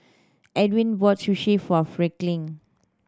Edwin bought Sushi for Franklin